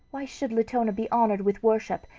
why should latona be honored with worship,